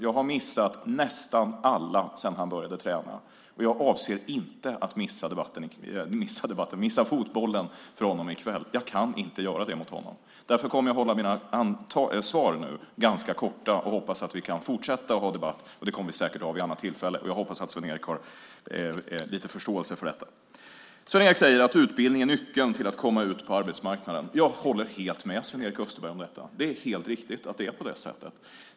Jag har missat nästan alla sedan han började träna, och jag avser inte att missa fotbollen i kväll. Jag kan inte göra det mot honom. Därför kommer jag att hålla mina svar nu ganska korta. Jag hoppas att vi kan fortsätta ha debatt - och det kommer vi säkert att ha - vid annat tillfälle. Jag hoppas att Sven-Erik har lite förståelse för detta. Sven-Erik Österberg säger att utbildning är nyckeln till att komma ut på arbetsmarknaden. Jag håller helt med honom om detta. Det är helt riktigt att det är på det sättet.